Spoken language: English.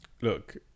look